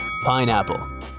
Pineapple